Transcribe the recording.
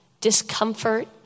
discomfort